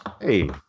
Hey